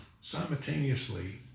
simultaneously